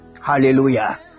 Hallelujah